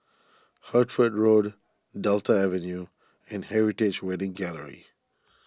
Hertford Road Delta Avenue and Heritage Wedding Gallery